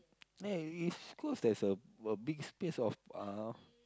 then in East-Coast there's a a big space of uh